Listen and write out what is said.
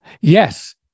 Yes